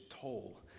toll